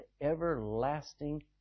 everlasting